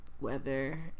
weather